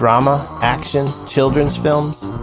drama, action, children's films.